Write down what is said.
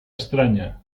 estranya